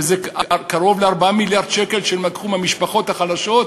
שזה קרוב ל-4 מיליארד שקל שהם לקחו מהמשפחות החלשות,